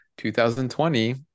2020